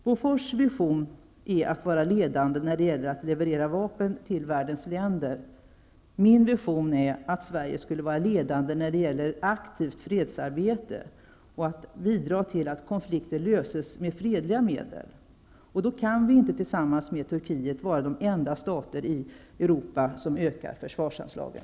Bofors vision är att vara ledande när det gäller att leverera vapen till världens länder. Min vision är att Sverige skall vara ledande när det gäller aktivt fredsarbete och att bidra till att konflikter löses med fredliga medel. Då kan vi inte tillsammans med Turkiet vara de enda stater i Europa som ökar försvarsanslagen.